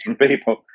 people